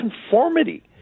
conformity